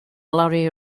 larry